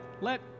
let